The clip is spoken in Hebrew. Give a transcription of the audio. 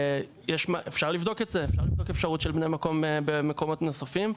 אפשר לבדוק אפשרות של בני מקום במקומות נוספים.